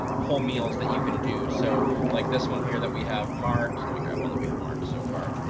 um whole meals that you can do. so like this one here that we have marked, let me grab one that we have marked so far.